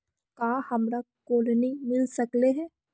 का हमरा कोलनी मिल सकले हे?